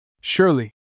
Surely